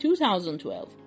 2012